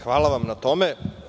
Hvala vam na tome.